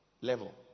level